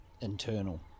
internal